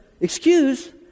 excuse